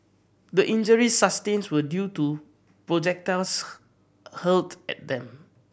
the injuries sustained were due to projectiles hurled at them